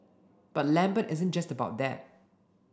but Lambert isn't just about that